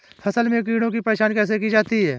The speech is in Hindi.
फसल में कीड़ों की पहचान कैसे की जाती है?